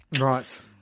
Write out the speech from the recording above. Right